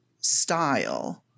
style